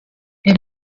der